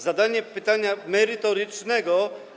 Zadanie pytania merytorycznego.